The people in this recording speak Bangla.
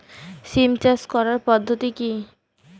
সিম চাষ করার পদ্ধতি কী?